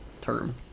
term